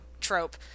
trope